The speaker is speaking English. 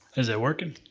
is it workin'?